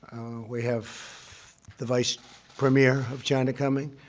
we have the vice premier of china coming.